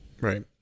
Right